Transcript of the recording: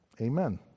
Amen